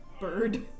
bird